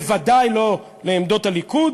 בוודאי לא לעמדות הליכוד